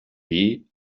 ein